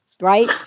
right